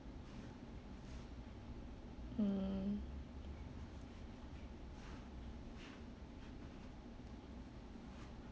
mm